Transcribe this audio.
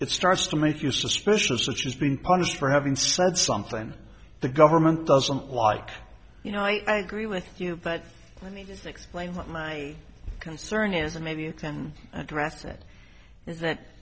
it starts to make you suspicious such as being punished for having said something the government doesn't like you know i gree with you but i mean it's explained what my concern is and maybe you can address it is that